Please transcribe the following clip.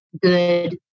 good